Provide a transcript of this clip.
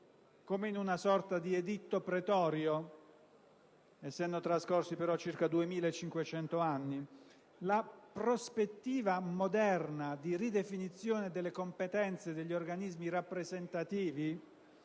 come in una sorta editto pretorio, essendo trascorsi però 2500. La prospettiva moderna di ridefinizione delle competenze degli organismi rappresentativi